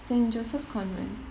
saint joseph's convent